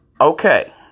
Okay